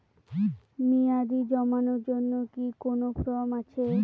মেয়াদী জমানোর জন্য কি কোন ফর্ম আছে?